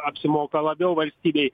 apsimoka labiau valstybei